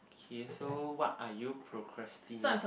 okay so what are you procrastinate